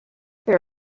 there